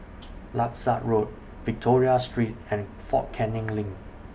Langsat Road Victoria Street and Fort Canning LINK